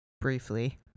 Briefly